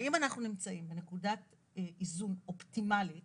האם אנחנו נמצאים בנקודת איזון אופטימלית